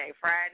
Friday